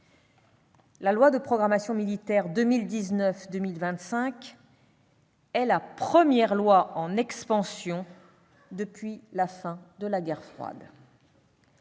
La loi de programmation militaire 2019-2025 est la première loi en expansion depuis la fin de la guerre froide.